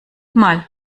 mal